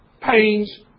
pains